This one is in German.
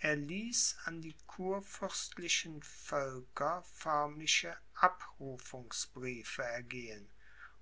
er ließ an die kurfürstlichen völker förmliche abrufungsbriefe ergehen